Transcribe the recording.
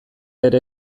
ere